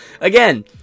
Again